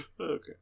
Okay